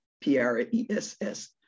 P-R-E-S-S